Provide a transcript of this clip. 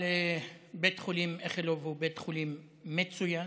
בית החולים איכילוב הוא בית חולים מצוין,